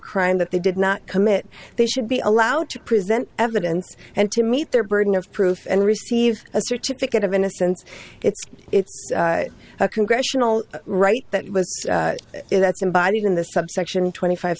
crime that they did not commit they should be allowed to present evidence and to meet their burden of proof and receive a certificate of innocence it's it's a congressional right that was that's embodied in the subsection twenty five